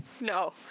No